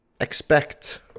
expect